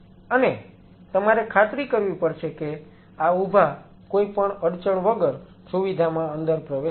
અને તમારે ખાતરી કરવી પડશે કે આ ઊભા કોઈપણ અડચણ વગર સુવિધામાં અંદર પ્રવેશ કરે છે